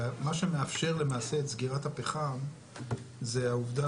מה שמאפשר למעשה את סגירת הפחם זה העובדה